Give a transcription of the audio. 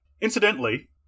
Incidentally